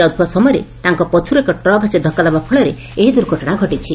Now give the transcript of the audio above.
ଯାଉଥିବା ସମୟରେ ତାଙ୍କ ପଛରୁ ଏକ ଟ୍ରକ ଆସି ଧକୁା ଦେବା ଫଳରେ ଏହି ଦୁର୍ଘଟଣା ଘଟିଛି